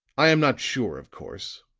i am not sure, of course,